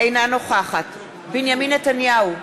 אינה נוכחת בנימין נתניהו,